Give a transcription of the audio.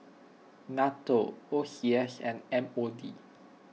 Nato O C S and M O D